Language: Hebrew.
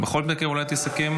בכל מקרה אולי תסכם?